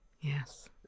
Yes